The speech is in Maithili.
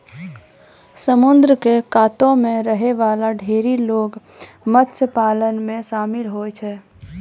समुद्र क कातो म रहै वाला ढेरी लोग मत्स्य पालन म शामिल होय छै